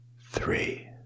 three